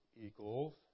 equals